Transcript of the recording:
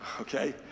okay